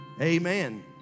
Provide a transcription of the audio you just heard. amen